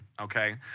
okay